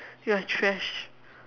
you're trash